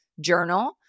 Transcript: journal